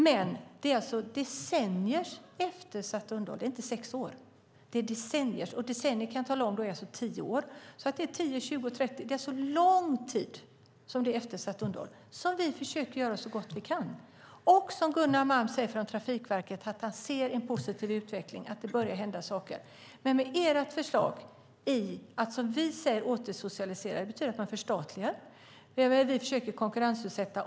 Men det handlar om decenniers eftersatta underhåll - inte under sex år. Ett decennium är alltså tio år, kan jag tala om, så det handlar om 10, 20 eller 30 år - långt tid av eftersatt underhåll. Vi försöker göra så gott vi kan av det. Gunnar Malm på Trafikverket säger också att han ser en positiv utveckling, att det börjar hända saker. Ert förslag säger vi är att återsocialisera. Det betyder att man förstatligar. Vi försöker konkurrensutsätta.